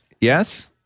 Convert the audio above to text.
Yes